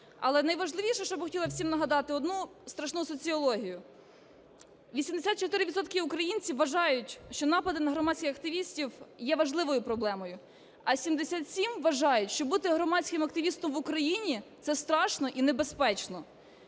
Але найважливіше, щоби я хотіла всім нагадати - одну страшу соціологію. 84 відсотки українців вважають, що напади на громадських активістів є важливою проблемою. А 77 вважають, що бути громадським активістом в Україні - це страшно і небезпечно.